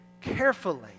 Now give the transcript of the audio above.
carefully